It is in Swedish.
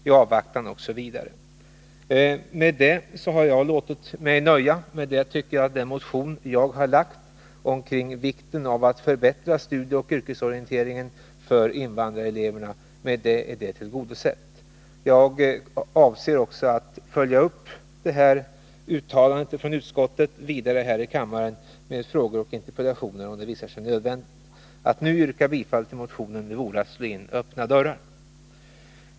I avvaktan ——--"” osv. Med detta har jag låtit mig nöja. Jag tycker att den motion jag har väckt om vikten av att förbättra studieoch yrkesorienteringen för invandrareleverna är tillgodosedd genom denna skrivning. Jag avser också att följa upp detta uttalande från utskottet med frågor och interpellationer här i kammaren, om det visar sig nödvändigt. Att nu yrka bifall till motionen vore att slå in öppna dörrar.